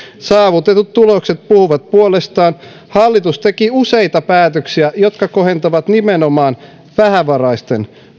saavutetut tulokset puhuvat puolestaan hallitus teki useita päätöksiä jotka kohentavat nimenomaan vähävaraisten